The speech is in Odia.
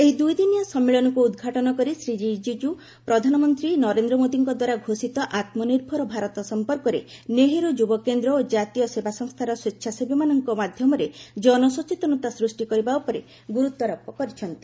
ଏହି ଦୁଇଦିନିଆ ସମ୍ମିଳନୀକୁ ଉଦ୍ଘାଟନ କରି ଶ୍ରୀ ରିଜିଜୁ ପ୍ରଧାନମନ୍ତ୍ରୀ ନରେନ୍ଦ୍ର ମୋଦୀଙ୍କ ଦ୍ୱାରା ଘୋଷିତ ଆତ୍ମନିର୍ଭର ଭାରତ ସଂପର୍କରେ ନେହେରୁ ଯୁବକେନ୍ଦ୍ର ଓ ଜାତୀୟ ସେବା ସଂସ୍ଥାର ସ୍ୱେଚ୍ଛାସେବୀମାନଙ୍କ ମାଧ୍ୟମରେ କନସଚେତନତା ସୃଷ୍ଟି କରିବା ଉପରେ ଗୁରୁତ୍ୱାରୋପ କରିଛନ୍ତି